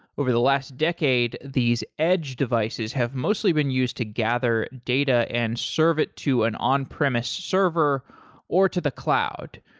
over the last decade, these edge devices have mostly been used to gather data and serve it to an on premise server or to the cloud.